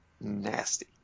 nasty